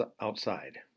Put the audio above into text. outside